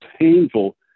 painful